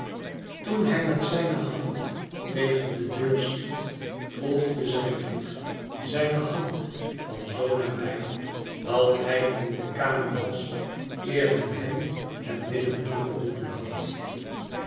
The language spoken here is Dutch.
toen hij met zijne hand tegen de deur stiet volgde zijn voet zijne hand van zoo nabij dathijinde kamer was eer men hem het i binnen toegeroepen had